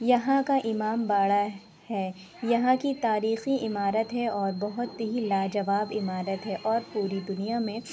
یہاں کا امام باڑا ہے یہاں کی تاریخی عمارت ہے اور بہت ہی لا جواب عمارت ہے اور پوری دنیا میں